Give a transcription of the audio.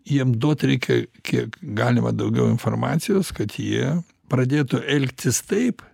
jiem duot reikia kiek galima daugiau informacijos kad jie pradėtų elgtis taip